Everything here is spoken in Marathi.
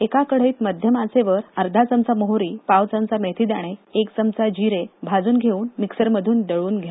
एका कढईत मध्यम आचेवर अर्धा चमचा मोहरी पाव चमचा मेथीदाणे एक चमचा जिरे भाजून घेऊन मिक्सरमधून दळून घ्या